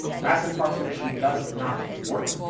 mass incarceration does not work.